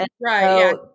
Right